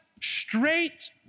straight